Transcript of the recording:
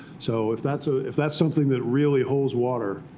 so if that's ah if that's something that really holds water,